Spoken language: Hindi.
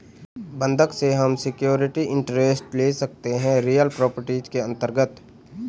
बंधक से हम सिक्योरिटी इंटरेस्ट ले सकते है रियल प्रॉपर्टीज के अंतर्गत